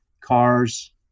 cars